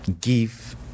give